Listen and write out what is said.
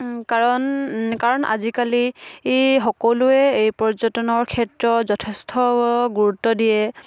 কাৰণ আজিকালি ই সকলোৱে এই পৰ্যটনৰ ক্ষেত্ৰত যথেষ্ট গুৰুত্ব দিয়ে